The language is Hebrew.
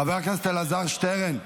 חבר הכנסת אלעזר שטרן?